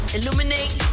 Illuminate